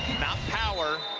not power,